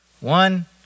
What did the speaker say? One